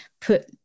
put